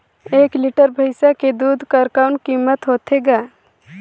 एक लीटर भैंसा के दूध कर कौन कीमत होथे ग?